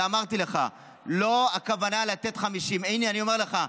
אמרתי לך, הכוונה לא לתת 50. הינה, אני אומר לך.